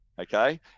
okay